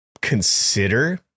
consider